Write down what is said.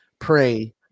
pray